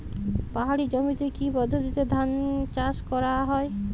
পাহাড়ী জমিতে কি পদ্ধতিতে ধান চাষ করা যায়?